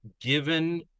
given